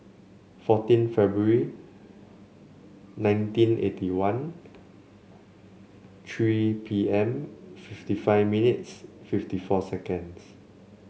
fourteen February nineteen eighty one three P M fifty five minutes fifty four seconds